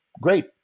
great